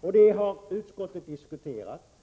Det är detta som utskottet har diskuterat.